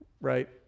Right